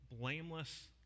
blameless